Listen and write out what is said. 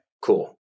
cool